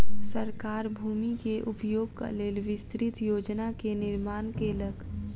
सरकार भूमि के उपयोगक लेल विस्तृत योजना के निर्माण केलक